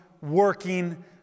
working